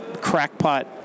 crackpot